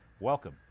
Welcome